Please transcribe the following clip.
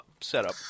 setup